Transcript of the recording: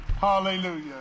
Hallelujah